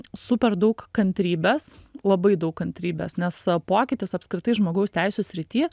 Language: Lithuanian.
super daug kantrybės labai daug kantrybės nes pokytis apskritai žmogaus teisių srity